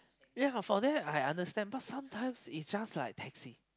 ya for that I understand but sometimes is just like taxi